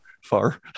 Far